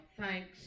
thanks